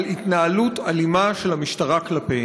על התנהלות אלימה של המשטרה כלפיהם.